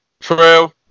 True